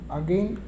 again